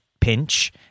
pinch